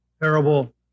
parable